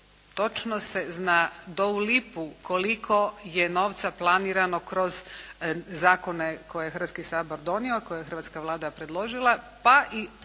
točno se zna do u lipu koliko je novca planirano kroz zakone koje je Hrvatski sabor donio, koje je hrvatska Vlada predložila, pa i u